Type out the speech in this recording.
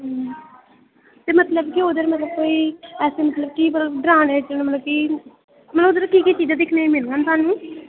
अं ते मतलब की ओह्दे कोई ऐसा की डरानै च कोई ते उद्धर केह् केह् चीज़ां दिक्खनै गी मिलङन स्हानू